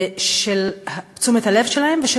של תשומת הלב שלהם ושל